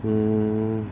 mm